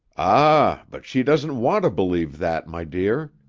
ah! but she doesn't want to believe that, my dear.